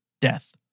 death